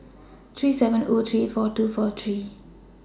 three seven O three four two four three